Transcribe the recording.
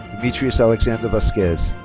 demetrius alexander vazquez.